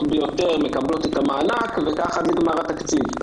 ביותר מקבלות את המענק וכך עד לגמר התקציב,